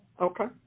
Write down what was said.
Okay